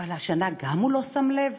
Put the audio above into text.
אבל השנה הוא גם לא שם לב?